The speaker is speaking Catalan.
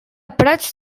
prats